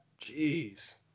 Jeez